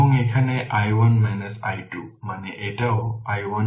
এবং এখানে i1 i2 মানে এটাও i1 by 2